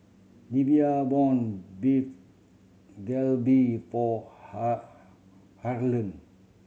Livia Beef Galbi for Harlon